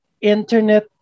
internet